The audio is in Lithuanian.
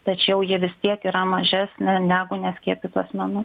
tačiau ji vis tiek yra mažesnė negu neskiepytų asmenų